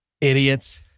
Idiots